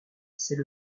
c’est